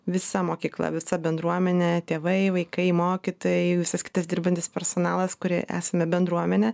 visa mokykla visa bendruomenė tėvai vaikai mokytojai visas kitas dirbantis personalas kurie esame bendruomenė